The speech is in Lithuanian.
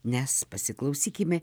nes pasiklausykime